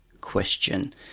question